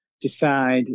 decide